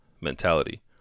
mentality